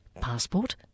passport